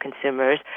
consumers